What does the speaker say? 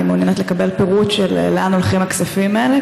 אני מעוניינת לקבל פירוט של לאן הולכים הכספים האלה,